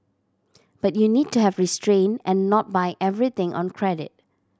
but you need to have restrain and not buy everything on credit